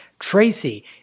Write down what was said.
Tracy